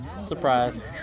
Surprise